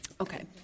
okay